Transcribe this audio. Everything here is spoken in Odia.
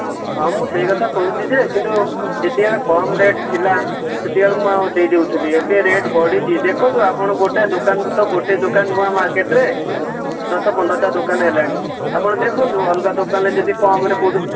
ହଁ ହଁ ମୁଁ ସେହି କଥା କହୁଛି ଯେ କିନ୍ତୁ ଯେତିକି ବେଳେ କମ ରେଟ୍ ଥିଲା ସେତିକି ବେଳେ ମୁଁ ଆଉ ଦେଇ ଦେଉଥିଲି ଏବେ ରେଟ୍ ବଢ଼ିଛି ଦେଖନ୍ତୁ ଆପଣ ଗୋଟେ ଦୋକାନରୁ ତ ଗୋଟେ ଦୋକାନ ନୁଆଁ ମାର୍କେଟ୍ରେ ଦଶ ପନ୍ଦରଟା ଦୋକାନ ହେଲାଣି ଆପଣ ଦେଖନ୍ତୁ ଅଲଗା ଦୋକାନରେ ଯଦି କମ୍ରେ କେଉଁଠୁ